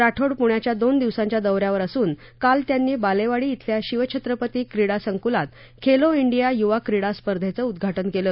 राठोड पुण्याच्या दोन दिवसांच्या दौ यावर असून काल त्यांनी बालेवाडी ध्विल्या शिव छत्रपती क्रीडा संक्लात खेलो डिया यूवा क्रीडा स्पर्धेचं उद्घाटन केलं